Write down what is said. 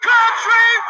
Country